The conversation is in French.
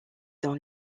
dans